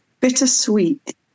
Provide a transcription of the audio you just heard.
bittersweet